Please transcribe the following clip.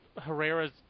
Herrera's